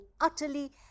utterly